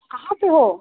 कहाँ पर हो